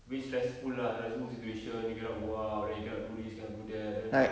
a bit stressful lah stressful situation you cannot go out then you cannot do this cannot do that then